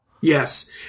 Yes